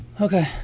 Okay